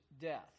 death